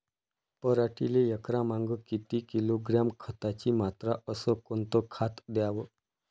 पराटीले एकरामागं किती किलोग्रॅम खताची मात्रा अस कोतं खात द्याव?